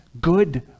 good